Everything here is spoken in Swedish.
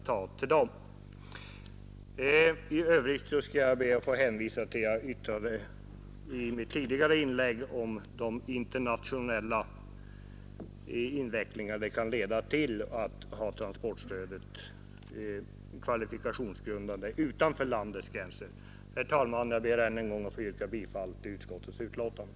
Jag skall i övrigt be att få hänvisa till vad jag yttrade i mitt tidigare inlägg om de internationella förvecklingar det kan leda till att ha transportstödet kvalifikationsgrundande utanför landets gränser. Herr talman! Jag ber än en gång att få yrka bifall till utskottets hemställan.